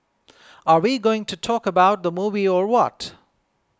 are we going to talk about the movie or what